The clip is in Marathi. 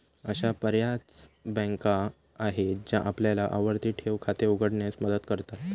अशा बर्याच बँका आहेत ज्या आपल्याला आवर्ती ठेव खाते उघडण्यास मदत करतात